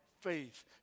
faith